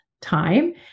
time